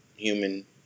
human